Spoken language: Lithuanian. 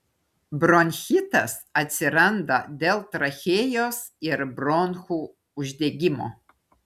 bronchitas atsiranda dėl trachėjos ir bronchų uždegimo